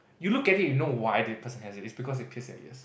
you look at it you know why the person has it it's because they pierce their ears